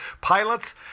pilots